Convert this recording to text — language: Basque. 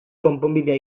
konponbidea